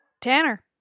Tanner